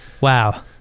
Wow